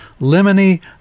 lemony